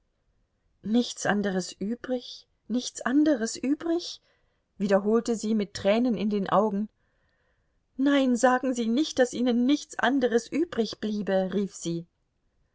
nichts anderes übrig nichts anderes übrig wiederholte sie mit tränen in den augen nein sagen sie nicht daß ihnen nichts anderes übrigbliebe rief sie